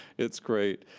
it's great.